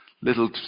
Little